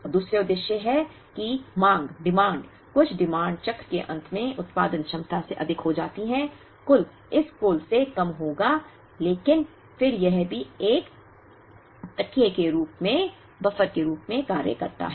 और दूसरा उद्देश्य यह है कि मांग कुछ मांगें चक्र के अंत में उत्पादन क्षमता से अधिक हो जाती हैं कुल इस कुल से कम होगा लेकिन फिर यह भी एक तकिया के रूप में कार्य करता है